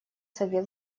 совет